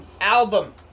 album